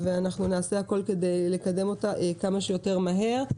ואנחנו נעשה הכול כדי לקדם אותה כמה שיותר מהר.